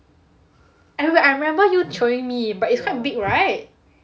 wait wait wait I remember you showing me like it's quite big right